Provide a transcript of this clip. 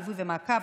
ליווי ומעקב,